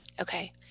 Okay